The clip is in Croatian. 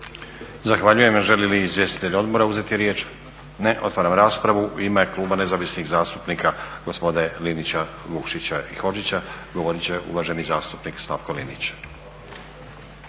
Zahvaljujem. Želi li izvjestitelj odbora uzeti riječ? Ne. Otvaram raspravu. U ime kluba Nezavisnih zastupnika gospode Linića, Vukšića i Hodžića govorit će uvaženi zastupnik Slavko Linić.